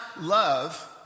love